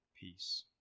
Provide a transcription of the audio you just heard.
peace